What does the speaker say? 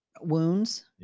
wounds